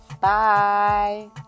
Bye